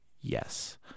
yes